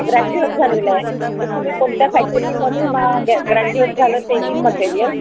graduate झालेलं आहे तर तुम्ही कोणत्या फॅकल्टीमधून ग्रॅ ग्रॅज्युएट झालं ते इम्मटेरिअल